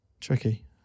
Tricky